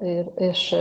ir iš